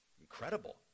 incredible